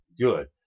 good